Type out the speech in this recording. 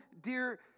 dear